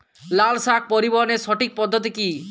লালশাক পরিবহনের সঠিক পদ্ধতি কি?